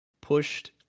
pushed